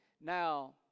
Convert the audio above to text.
Now